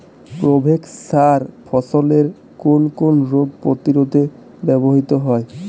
Provex সার ফসলের কোন কোন রোগ প্রতিরোধে ব্যবহৃত হয়?